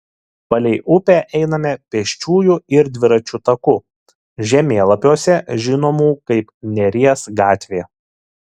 palei upę einame pėsčiųjų ir dviračių taku žemėlapiuose žinomų kaip neries gatvė